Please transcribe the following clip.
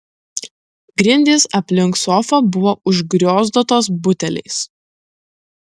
grindys aplink sofą buvo užgriozdotos buteliais